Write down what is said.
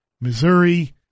Missouri